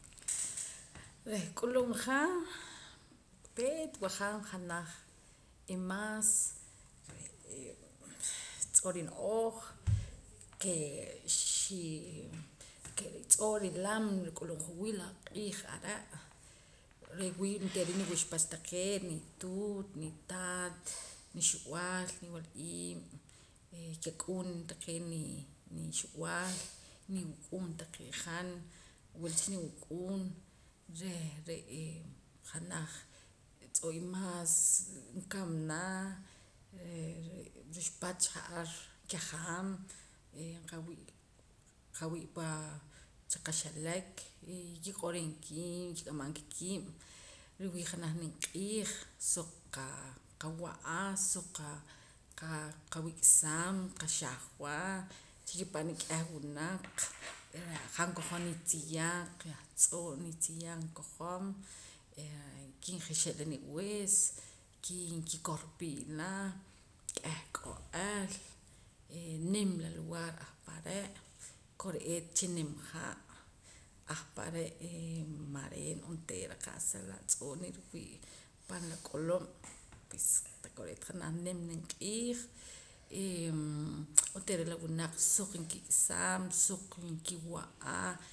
Reh nk'ulub' ja peet wajaam janaj imaas re'ee tz'oo' rino'ooj ke xii ke tz'oo' rilam nruk'ulb' ja wii la q'iij are' riwii' onteera niwuxpach taqee' nituut nitaat nixub'aal niwal'iib' kak'uun taqee' nii nixub'aal niwuk'uun taqee' han wula cha nuwuk'uun reh re'ee janaj tz'oo' imaas nkamana re' ruxpach ja'ar kijaam eh nqawii' qawii' pa chaqaxelek eh nkoq'oreem kiib' nkik'amam ka kiib' ruwii' janaj nimq'iij suq qawa'a suq qa qawik'saam qaxaj wa chiki'pana k'eh wunaq reh han kojom nitziyaaq yah tz'oo' nitziyaaq nkojom he nkijixim la niwis ki kih korpiim la k'eh k'o'eel eh nim la lugar ahpare' kore'eet chi nim ha' ahpare' ee nareen onteera la qa'sa tz'oo' nriwii' pan la k'ulub' pues kore'eet janaj nim nimq'iij eem onteera la winaq suq nkik'saam suq nkiwa'a